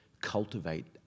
cultivate